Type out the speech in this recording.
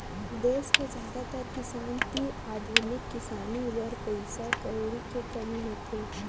देस के जादातर किसान तीर आधुनिक किसानी बर पइसा कउड़ी के कमी होथे